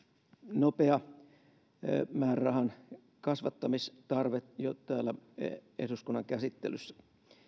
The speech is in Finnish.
nopea määrärahankasvattamistarve jo täällä eduskunnan käsittelyssä